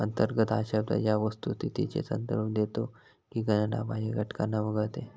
अंतर्गत हा शब्द या वस्तुस्थितीचा संदर्भ देतो की गणना बाह्य घटकांना वगळते